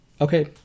Okay